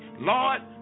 Lord